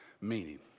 meaning